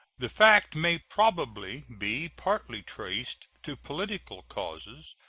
the fact may probably be partly traced to political causes,